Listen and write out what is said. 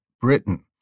Britain